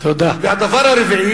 והדבר הרביעי,